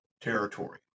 territory